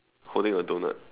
holding a doughnut